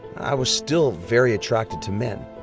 i was still very attracted to men.